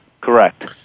correct